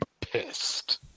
pissed